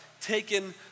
taken